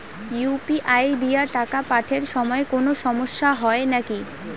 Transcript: UPI দিয়া টাকা পাঠের সময় কোনো সমস্যা হয় নাকি?